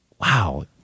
wow